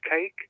cake